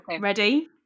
ready